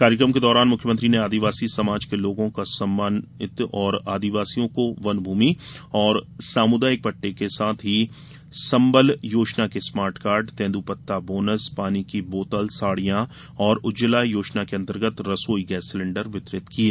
कार्यक्रम के दौरान मुख्यमंत्री ने आदिवासी समाज के लोगों का सम्मानित किया और आदिवासियों को वनभूमि और सामुदायिक पट्टे के साथ ही संबल योजना के स्मार्ट कार्ड तेंद्रपत्ता बोनस पानी की बोतल साड़ियाँ और उज्जवला योजनांतर्गत रसोई गैस सिलेण्डर वितरित किये